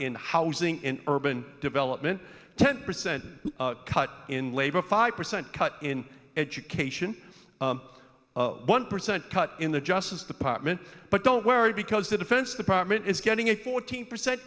in housing in urban development ten percent cut in labor five percent cut in education one percent cut in the justice department but don't worry because the defense department is getting a fourteen percent